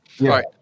right